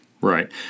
Right